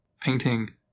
painting